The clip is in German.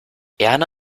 erna